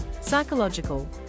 psychological